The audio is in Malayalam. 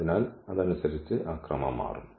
അതിനാൽ അതനുസരിച്ച് ആ ക്രമം മാറും